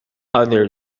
other